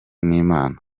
n’imana